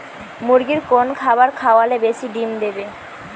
মুরগির কোন খাবার খাওয়ালে বেশি ডিম দেবে?